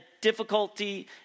difficulty